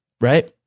Right